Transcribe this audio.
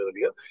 earlier